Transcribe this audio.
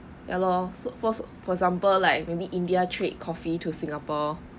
ya lor so force for example like maybe india trade coffee to singapore